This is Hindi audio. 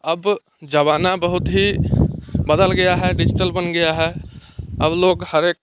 अब जमाना बहुत ही बदल गया है डिजिटल बन गया है अब लोग हर एक